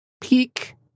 peak